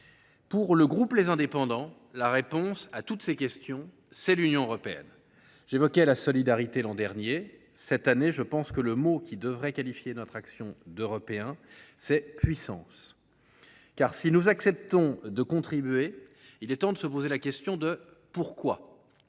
République et Territoires, la réponse à toutes ces questions, c’est l’Union européenne. J’évoquais la solidarité l’an dernier. Cette année, je pense que le mot qui devrait qualifier notre action d’Européens, c’est « puissance ». En effet, si nous acceptons de contribuer, il est temps de nous poser la question : pour quoi ?